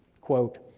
quote,